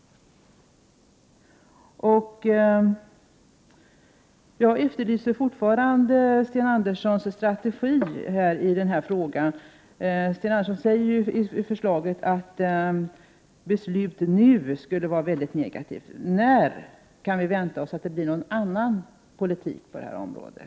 Jag efterlyser fortfarande Sten Anderssons strategi i den här frågan. Sten Andersson säger i förslaget att det skulle vara väldigt negativt att besluta nu. När kan vi vänta oss någon annan politik på det här området?